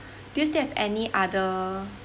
do you still have any other